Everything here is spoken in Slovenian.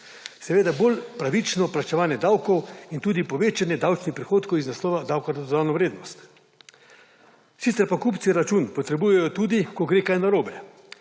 seveda bolj pravično plačevanje davkov in tudi povečanje davčnih prihodkov iz naslova davka na dodano vrednost. Sicer pa kupci račun potrebujejo tudi, ko gre kaj narobe.